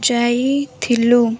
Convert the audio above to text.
ଯାଇଥିଲୁ